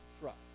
trust